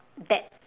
that